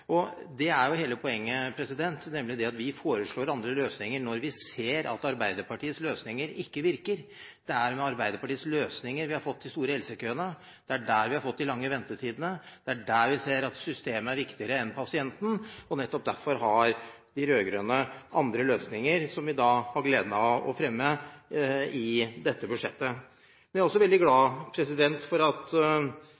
Det er jo hele poenget. Vi foreslår andre løsninger når vi ser at Arbeiderpartiets løsninger ikke virker. Det er med Arbeiderpartiets løsninger vi har fått de store helsekøene, det er der vi har fått de lange ventetidene, det er der vi ser at systemet er viktigere enn pasienten, og nettopp derfor har Fremskrittspartiet andre løsninger, som vi har gleden av å fremme i dette budsjettet. Jeg er også veldig glad